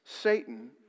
Satan